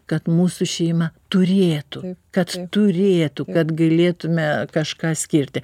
kad mūsų šeimą turėtų kad turėtų kad galėtume kažką skirti